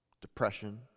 depression